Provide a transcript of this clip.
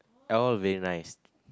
all very nice